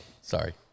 Sorry